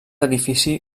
edifici